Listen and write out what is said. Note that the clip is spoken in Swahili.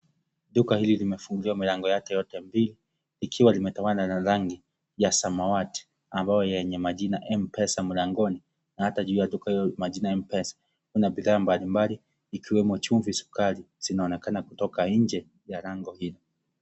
Duka hili limefunguliswa milango yake yote mbili ikiwa imetawala na rangi ya samawati ambayo yenye majina MPESA mlangoni na hata juu ya kuda hiyo majina ya MPESA .Kuna bidhaa mbalimbali ikiwemo chumvi, sukari zinaonekana kutoka nje ya lango hilo.